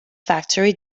factory